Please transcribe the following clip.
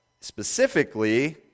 specifically